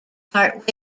part